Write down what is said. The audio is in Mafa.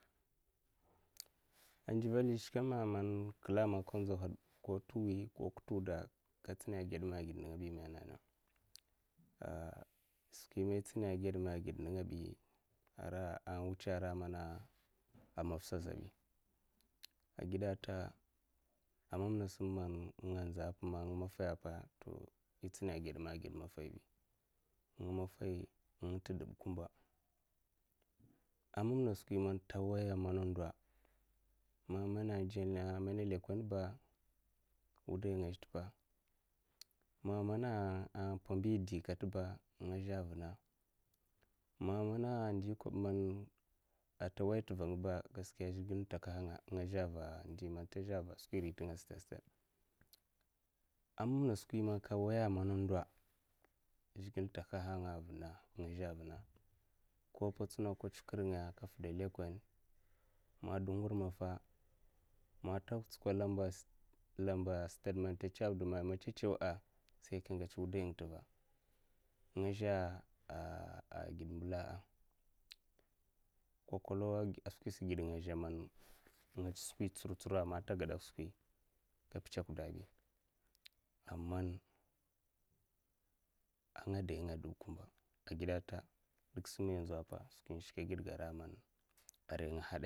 Ai ndivelya sin skwame kla man ka nzowa had ko kitwi ko kittuda skwi man itsina ai gad ma gid ninga bi ama ai wutsa ra mana ai maffa sa ai zhu ai ra ninga bi ai gidata ai mamna sam ma nga man ngi man maffahi nga tade kumba ai manna skwi man tawaiya'a, man mana jan skwi mana lukoleba wudainga a zhe tva'a, ma mana a, pidi katba nga zhu vuna ma mana ndi kobba a, tawaya tua ngaba gaskiya zhekle in takaha nga nga zhe va ndi man ta zhu a, skwiri tin nga'a, stad stad a, mamna skwi man kawaya man skwiri zhuklu in takaha nga nga zhe a, vuna ko ai patsuna ai tsa ai kir ngaya ai fida lukole manda ngur maffa man ta tsukad lamba man tatsukdd lamba stad man ta tsawda ma'matsatsawa'a, wudai nga tutva'a, nga zhu a gid mbila'a, nga gid nga zhu man a, nga tsar tsura'a skwi tsam tsama'a, ai potsokdabi a'man ai nga dainga ai diba a gidata skwi man ai shka gidgata.